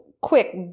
quick